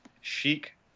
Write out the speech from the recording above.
chic